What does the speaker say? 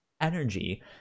energy